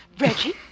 Reggie